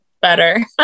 better